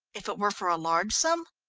if it were for a large sum?